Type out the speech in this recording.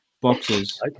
boxes